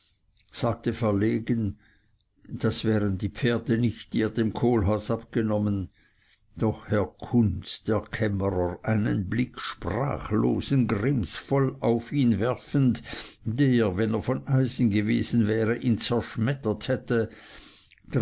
sagte verlegen das wären die pferde nicht die er dem kohlhaas abgenommen doch herr kunz der kämmerer einen blick sprachlosen grimms voll auf ihn werfend der wenn er von eisen gewesen wäre ihn zerschmettert hätte